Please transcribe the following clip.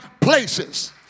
places